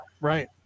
Right